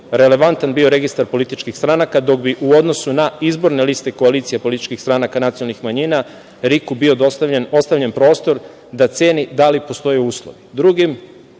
relevantan bio Registar političkih stranaka, dok bi u odnosu na izborne liste koalicije političkih stranaka nacionalnih manjina RIK ostavljen prostor da ceni da li postoje uslovi. Drugi